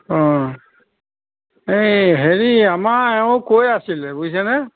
এই হেৰি আমাৰ এওঁ কৈ আছিল বুজিচেনে